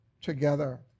together